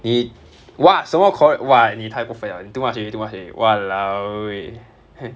你 !wah! 什么 co~ !wah! 你太过份 liao 你 too much already too much already !walao! eh